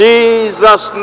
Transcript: Jesus